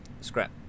Scrap